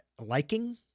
liking